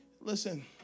listen